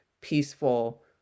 peaceful